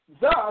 Thus